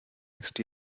next